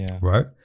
Right